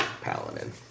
paladin